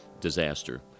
disaster